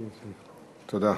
תודה.